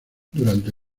durante